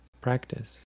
practice